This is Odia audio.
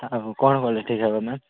ଆଉ କ'ଣ କଲେ ଠିକ୍ ହେବ ମ୍ୟାମ୍